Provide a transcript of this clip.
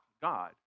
God